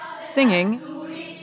singing